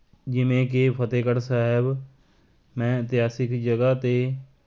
ਜਿਵੇਂ ਕਿ ਫਤਿਹਗੜ੍ਹ ਸਾਹਿਬ ਮੈਂ ਇਤਿਹਾਸਿਕ ਜਗ੍ਹਾ 'ਤੇ